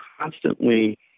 constantly